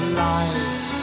lies